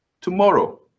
tomorrow